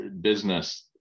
business